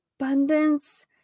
abundance